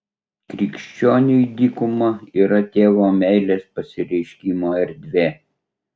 krikščioniui dykuma yra tėvo meilės pasireiškimo erdvė